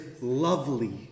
lovely